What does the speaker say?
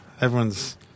Everyone's